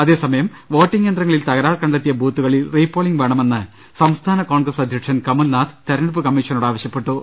അതെസമയം voting യന്ത്രങ്ങളിൽ തകരാർ കണ്ടെത്തിയ ബൂത്തുകളിൽ റീപോളിങ് വേണമെന്ന് സംസ്ഥാന കോൺഗ്രസ് അധ്യക്ഷൻ കമൽനാഥ് തെരഞ്ഞെടുപ്പ് കമ്മീഷനോട് ആവശ്യപ്പെട്ടു